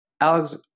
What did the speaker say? Alex